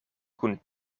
kun